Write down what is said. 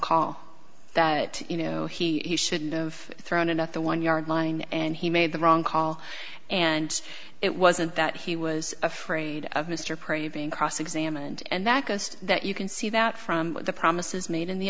call that you know he should've thrown in at the one yard line and he made the wrong call and it wasn't that he was afraid of mr prey being cross examined and that ghost that you can see that from the promises made in the